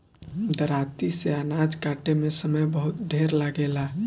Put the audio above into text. दराँती से अनाज काटे में समय बहुत ढेर लागेला